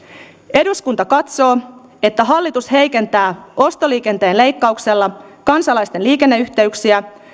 eduskunta katsoo että hallitus heikentää ostoliikenteen leikkauksella kansalaisten liikenneyhteyksiä